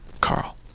Carl